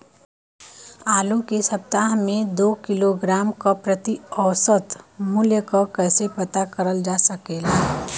आलू के सप्ताह में दो किलोग्राम क प्रति औसत मूल्य क कैसे पता करल जा सकेला?